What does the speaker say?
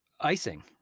icing